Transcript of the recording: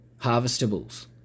harvestables